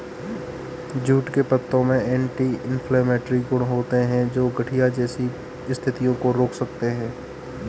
jute के पत्तों में एंटी इंफ्लेमेटरी गुण होते हैं, जो गठिया जैसी स्थितियों को रोक सकते हैं